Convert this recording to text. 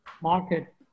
market